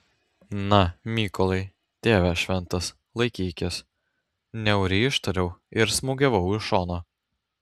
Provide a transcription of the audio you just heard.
na mykolai tėve šventas laikykis niauriai ištariau ir smūgiavau iš šono